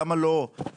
למה לא 1,000?